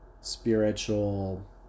spiritual